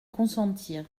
consentir